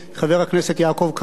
חבר הכנסת יעקב כץ,